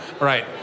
Right